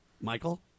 Michael